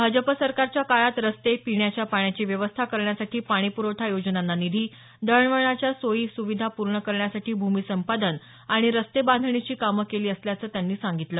भाजप सरकारच्या काळात रस्ते पिण्याच्या पाण्याची व्यवस्था करण्यासाठी पाणीपुरवठा योजनांना निधी दळवळणानाच्या सोई सुविधा पूर्ण करण्यासाठी भूमी संपादन आणि रस्ते बांधणीची कामं केली असल्याचं त्यांनी सांगितलं